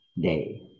day